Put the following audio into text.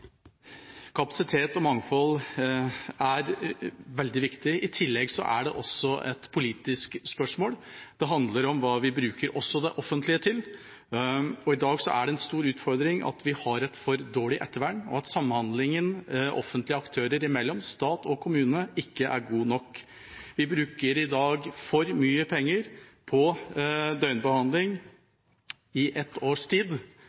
Kapasitet og mangfold er veldig viktig. I tillegg er det et politisk spørsmål. Det handler om hva vi bruker det offentlige til. I dag er det en stor utfordring at vi har et for dårlig ettervern, og at samhandlingen offentlige aktører imellom, stat og kommune, ikke er god nok. Vi bruker i dag for mye penger på døgnbehandling i et års tid